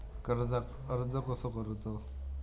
कर्जाक अर्ज कसो करूचो?